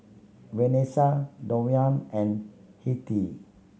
Vanesa Duwayne and Hettie